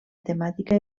temàtica